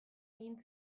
egin